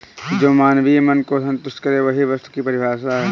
जो मानवीय मन को सन्तुष्ट करे वही वस्तु की परिभाषा है